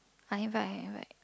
I invite I invite